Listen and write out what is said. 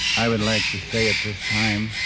i would like to say at this time